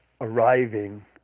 arriving